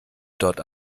dort